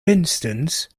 instance